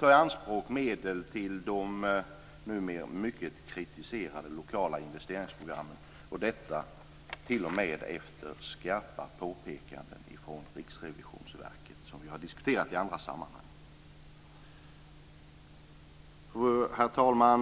ta i anspråk medel till de numera mycket kritiserade lokala investeringsprogrammen, detta t.o.m. efter skarpa påpekanden från Riksrevisionsverket - vilket vi har diskuterat i andra sammanhang. Herr talman!